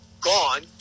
gone